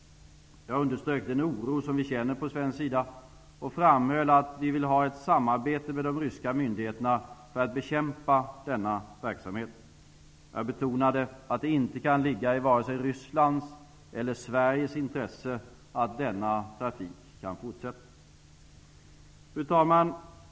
Jag underströk den oro som vi känner på svensk sida och framhöll att vi vill ha ett samarbete med de ryska myndigheterna för att bekämpa denna verksamhet. Jag betonade att det inte kan ligga i vare sig Rysslands eller Sveriges intresse att denna trafik kan fortsätta. Fru talman!